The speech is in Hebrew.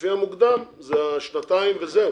"לפי המוקדם" זה שנתיים וזהו.